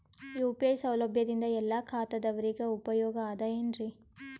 UPI ಸೌಲಭ್ಯದಿಂದ ಎಲ್ಲಾ ಖಾತಾದಾವರಿಗ ಉಪಯೋಗ ಅದ ಏನ್ರಿ?